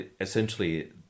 essentially